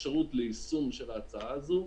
אפשרות ליישום של ההצעה הזאת.